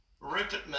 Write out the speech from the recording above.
Rupert